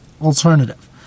alternative